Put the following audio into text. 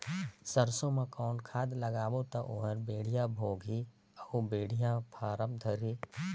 सरसो मा कौन खाद लगाबो ता ओहार बेडिया भोगही अउ बेडिया फारम धारही?